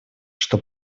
что